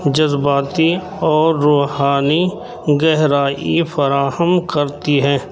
جذباتی اور روحانی گہرائی فراہم کرتی ہے